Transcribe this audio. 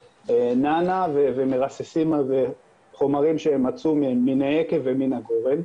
נענע ומרססים על זה חומרים שהם מצאו מן היקב ומן הגורן.